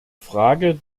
frage